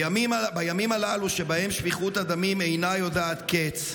בימים הללו, שבהם שפיכות הדמים אינה יודעת קץ,